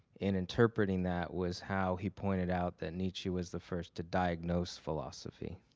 in interpreting that was how he pointed out that nietzsche was the first to diagnose philosophy